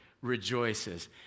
rejoices